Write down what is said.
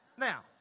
Now